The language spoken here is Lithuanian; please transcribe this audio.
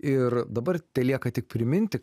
ir dabar telieka tik priminti